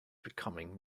becoming